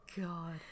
God